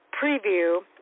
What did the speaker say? preview